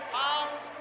pounds